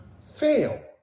fail